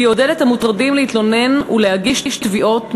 ויעודד את המוטרדים להתלונן ולהגיש תביעות,